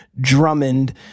Drummond